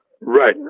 Right